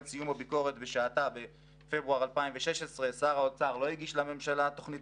סיום הביקורת בשעתה בפברואר 2016 שר האוצר לא הגיש לממשלה תוכנית